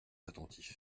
attentifs